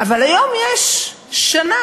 אבל היום יש שנה,